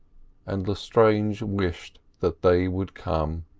and lestrange wished that they would come.